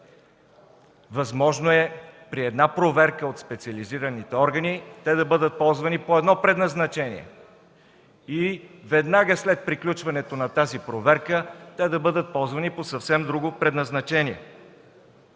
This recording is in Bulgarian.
възможно е при една проверка от специализираните органи те да бъдат ползвани по едно предназначение и веднага след приключването на тази проверка да бъдат ползвани по съвсем друго предназначение.